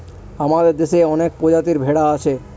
আমাদের দেশে অনেক প্রজাতির ভেড়া পাবে